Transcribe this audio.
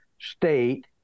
state